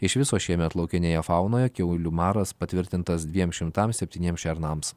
iš viso šiemet laukinėje faunoje kiaulių maras patvirtintas dviem šimtams septyniems šernams